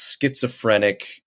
schizophrenic